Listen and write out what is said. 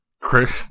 Chris